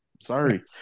Sorry